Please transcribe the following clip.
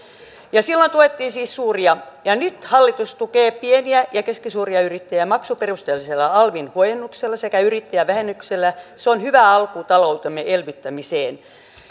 silloin tuettiin siis suuria ja nyt hallitus tukee pieniä ja keskisuuria yrittäjiä maksuperusteisella alvin huojennuksella sekä yrittäjävähennyksellä se on hyvä alku taloutemme elvyttämiseen